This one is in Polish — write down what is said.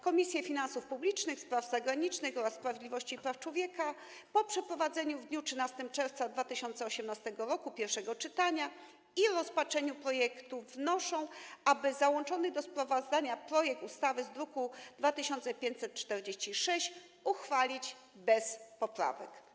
Komisje: Finansów Publicznych, Spraw Zagranicznych oraz Sprawiedliwości i Praw Człowieka po przeprowadzeniu w dniu 13 czerwca 2018 r. pierwszego czytania i rozpatrzeniu projektu wnoszą, aby załączony do sprawozdania projekt ustawy z druku nr 2546 uchwalić bez poprawek.